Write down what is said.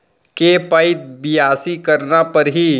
के पइत बियासी करना परहि?